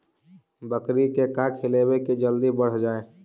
बकरी के का खिलैबै कि जल्दी बढ़ जाए?